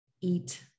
eat